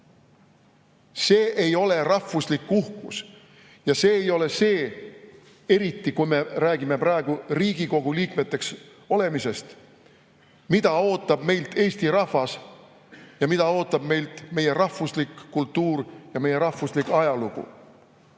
See ei ole rahvuslik uhkus ja see ei ole see – eriti kui me räägime praegu Riigikogu liikmeteks olemisest –, mida ootab meilt eesti rahvas ja mida ootab meilt meie rahvuslik kultuur ja meie rahvuslik ajalugu.